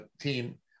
team